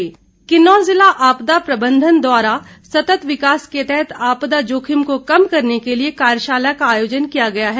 आपदा किन्नौर ज़िला आपदा प्रबंधन द्वारा सत्त विकास के लिए आपदा जोखिम को कम करने के लिए कार्यशाला का आयोजन किया गया है